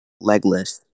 legless